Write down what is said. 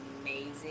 amazing